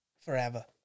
forever